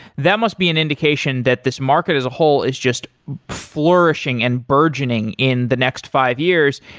that must be an indication that this market as a whole is just flourishing and burgeoning in the next five years.